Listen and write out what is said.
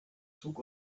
zug